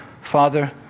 Father